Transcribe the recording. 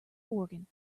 organ